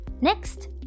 Next